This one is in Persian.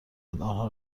آنها